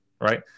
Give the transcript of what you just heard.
right